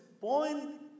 point